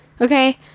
okay